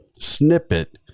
snippet